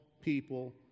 people